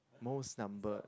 most number